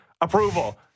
approval